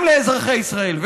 גם לאזרחי ישראל.